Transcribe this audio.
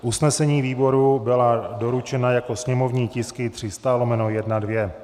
Usnesení výboru byla doručena jako sněmovní tisky 300/1, 2.